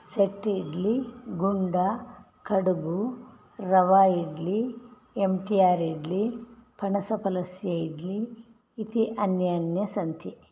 set idli गुण्डा kadubu rava idli MTR idli फनसफलस्य इड्ली इति अन्य अन्य सन्ति